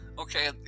Okay